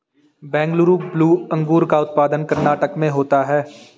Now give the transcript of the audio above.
Bengaluru blue अंगूर का उत्पादन कर्नाटक में होता है